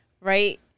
Right